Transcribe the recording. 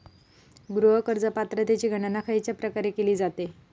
गृह कर्ज पात्रतेची गणना खयच्या प्रकारे केली जाते?